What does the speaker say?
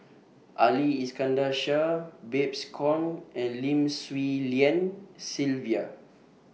Ali Iskandar Shah Babes Conde and Lim Swee Lian Sylvia